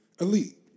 Elite